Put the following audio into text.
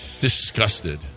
Disgusted